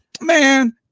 Man